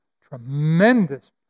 tremendous